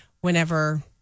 whenever